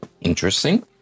Interesting